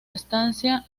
estancia